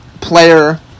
player